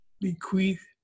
bequeath